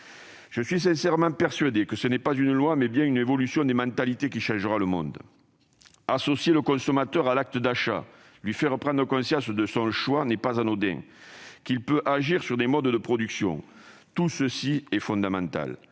Je suis sincèrement persuadé que c'est non pas une loi, mais bien une évolution des mentalités qui changera le monde. Associer le consommateur à l'acte d'achat, lui faire prendre conscience que son choix n'est pas anodin et qu'il peut agir sur les modes de production : tout cela est fondamental.